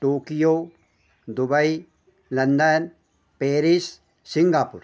Tokyo Dubai London Paris Singapore